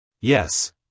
Yes